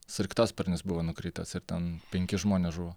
sraigtasparnis buvo nukritęs ir ten penki žmonės žuvo